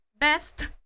best